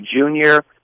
junior